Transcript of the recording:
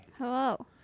Hello